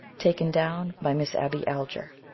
taken down by miss abby alger.